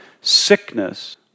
sickness